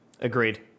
Agreed